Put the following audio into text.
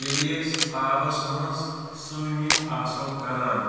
ییلہِ أسۍ آبَس منٛز سِوِمِنٛگ آسَو کَران